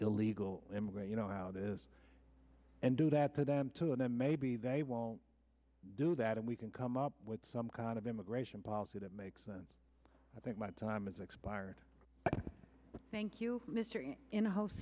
illegal immigration know how it is and do that to them too and then maybe they won't do that and we can come up with some kind of immigration policy that makes sense i think my time is expired thank you mr in the house